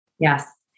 Yes